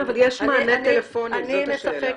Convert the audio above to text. כן, אבל יש מענה טלפוני, זו השאלה.